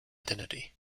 identity